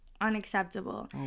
unacceptable